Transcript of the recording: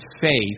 faith